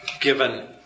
given